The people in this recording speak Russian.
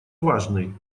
важный